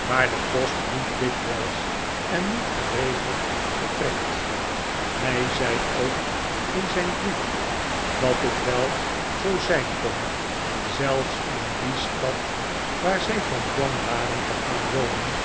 waar de post niet dikwijls en niet geregeld vertrekt hij zei ook in zijn brief dat het wel zoo zijn kon zelfs in die stad waar zij van plan waren te gaan wonen